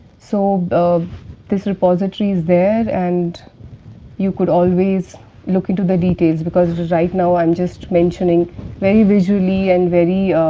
sort of this repository is there, and you could always look into the details because right now i am just mentioning very visually and very